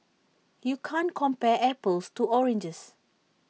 you can't compare apples to oranges